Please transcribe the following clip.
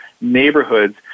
neighborhoods